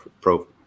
pro